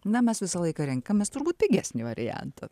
na mes visą laiką renkamės turbūt pigesnį variantą